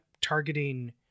targeting